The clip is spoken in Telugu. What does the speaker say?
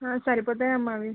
ఆ సరిపోతాయమ్మ అవి